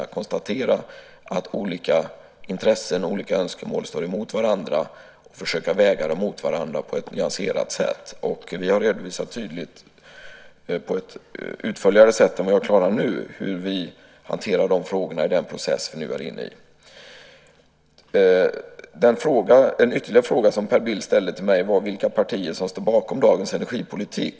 Vi ska konstatera att olika intressen och olika önskemål står emot varandra, och vi ska försöka väga dem mot varandra på ett nyanserat sätt. Vi har redovisat på ett utförligare sätt än vad jag klarar nu hur vi hanterar de frågorna i den process som vi nu är inne i. En ytterligare fråga som Per Bill ställde till mig var vilka partier som står bakom dagens energipolitik.